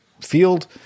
field